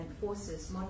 Forces